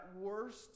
worst